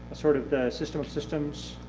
sort of a system of systems